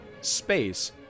space